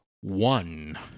one